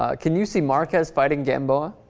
ah can you see marquez fighting gamble